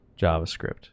javascript